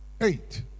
Eight